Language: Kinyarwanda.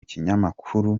kinyamakuru